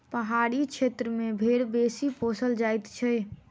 पहाड़ी क्षेत्र मे भेंड़ बेसी पोसल जाइत छै